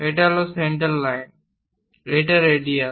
এটি হল centre line এটি রেডিয়াস